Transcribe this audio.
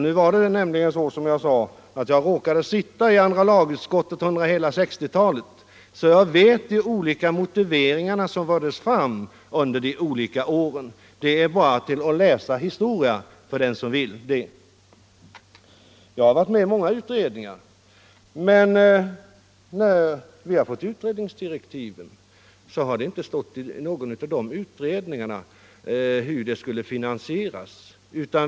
Nu råkade jag sitta i andra lagutskottet under hela 1960-talet, och jag vet därför vilka motiveringar som anfördes de olika åren. Det är bara att läsa historia — Nr 134 för den som vill göra det. Onsdagen den Jag har varit med om många utredningar, men när vi fått direktiven 4 december 1974 har där inte stått någonting om hur förslagen skulle finansieras.